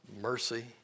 mercy